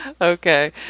Okay